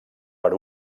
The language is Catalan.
per